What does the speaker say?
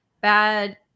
bad